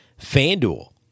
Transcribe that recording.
FanDuel